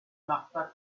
marta